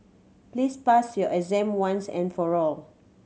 please pass your exam once and for all